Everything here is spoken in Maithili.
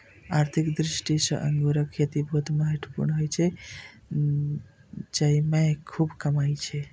आर्थिक दृष्टि सं अंगूरक खेती बहुत महत्वपूर्ण होइ छै, जेइमे खूब कमाई छै